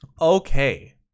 okay